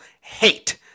hate